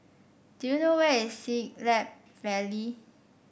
do you know where is Siglap Valley